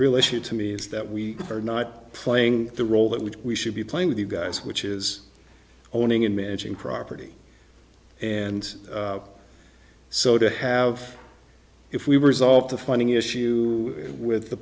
real issue to me is that we are not playing the role that we should be playing with the guys which is owning and managing property and so to have if we were as off the funding issue with the